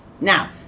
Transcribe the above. Now